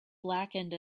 blackened